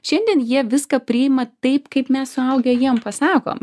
šiandien jie viską priima taip kaip mes suaugę jiem pasakom